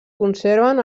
conserven